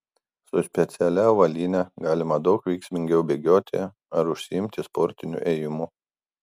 su specialia avalyne galima daug veiksmingiau bėgioti ar užsiimti sportiniu ėjimu